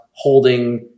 holding